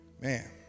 Man